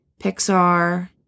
Pixar